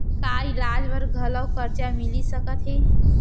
का इलाज बर घलव करजा मिलिस सकत हे?